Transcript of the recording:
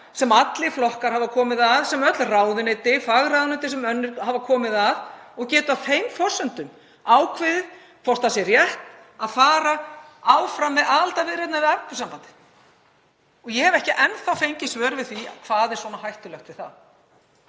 sem allir flokkar hafa komið að, sem öll ráðuneyti, fagráðuneytin sem og önnur hafa komið að, og geti á þeim forsendum ákveðið hvort rétt sé að fara áfram með aðildarviðræðurnar við Evrópusambandið. Ég hef ekki enn fengið svör við því hvað er svona hættulegt við það.